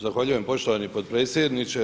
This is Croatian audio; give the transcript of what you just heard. Zahvaljujem poštovani potpredsjedniče.